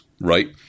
right